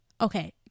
Okay